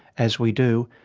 as we do,